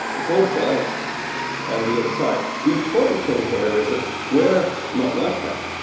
it's all blank on the inside. the important thing here is that we're not like that.